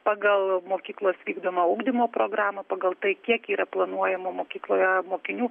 pagal mokyklos vykdomą ugdymo programą pagal tai kiek yra planuojama mokykloje mokinių